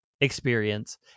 experience